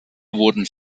wurden